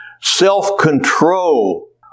self-control